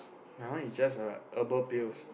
my one is just uh herbal pills